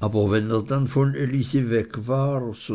aber wenn er dann von elisi weg war